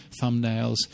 thumbnails